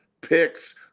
picks